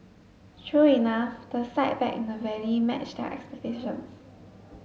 true enough the sight back in the valley matched their expectations